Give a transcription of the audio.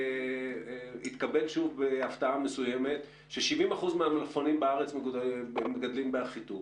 והתקבל בהפתעה מסוימת ש-70 אחוזים מהמלפפונים בארץ מגדלים באחיטוב.